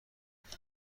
فکر